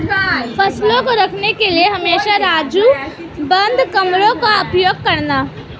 फसलों को रखने के लिए हमेशा राजू बंद कमरों का उपयोग करना